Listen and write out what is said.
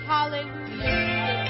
Hallelujah